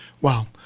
Wow